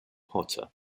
hotter